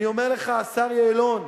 אני אומר לך, השר יעלון,